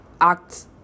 act